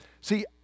see